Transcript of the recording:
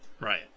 Right